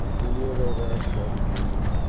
year later, i started drinking.